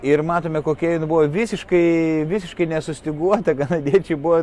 ir matome kokia jin buvo visiškai visiškai nesustyguota kanadiečiai buvo